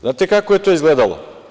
Znate kako je to izgledalo?